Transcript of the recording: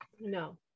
no